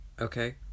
Okay